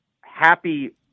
happy